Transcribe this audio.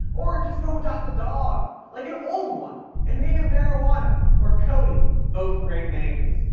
or just go adopt a dog, like an old one. and name it marijuana or cody, both great names.